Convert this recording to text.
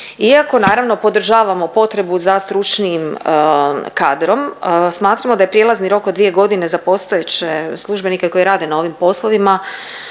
Iako naravno podržavamo potrebu za stručnim kadrom, smatramo da je prijelazni rok od dvije godine za postojeće službenike koji rade na ovim poslovima